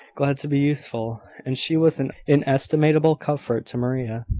glad to be useful and she was an inestimable comfort to maria.